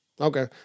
okay